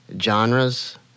genres